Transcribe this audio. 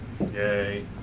Yay